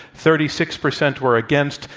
thirty six percent were against.